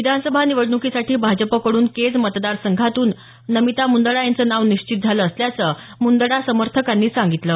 विधानसभा निवडणुकीसाठी भाजपकडून केज मतदार संघातून मधून नमिता मुंदडा यांचं नाव निश्चित झालं असल्याचं मुंदडा समर्थकांनी सांगितलं